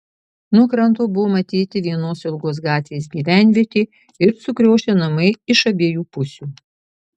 nuo kranto buvo matyti vienos ilgos gatvės gyvenvietė ir sukriošę namai iš abiejų pusių